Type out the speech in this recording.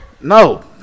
No